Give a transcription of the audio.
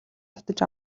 татаж